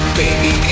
baby